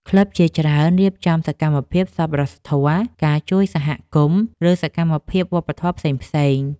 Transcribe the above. ក្លឹបជាច្រើនរៀបចំសកម្មភាពសប្បុរសធម៌ ការជួយសហគមន៍ ឬសកម្មភាពវប្បធម៌ផ្សេងៗ